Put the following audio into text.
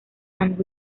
and